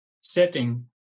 setting